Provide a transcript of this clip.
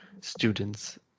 students